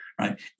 right